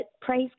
praise